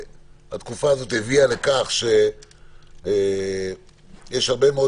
התקופה הזאת הביאה לכך שיש הרבה מאוד